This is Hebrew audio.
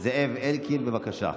זאב אלקין, בבקשה.